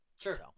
Sure